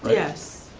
yes.